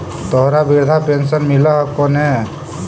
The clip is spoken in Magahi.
तोहरा वृद्धा पेंशन मिलहको ने?